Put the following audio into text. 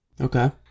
Okay